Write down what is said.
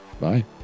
Bye